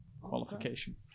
qualification